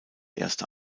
erste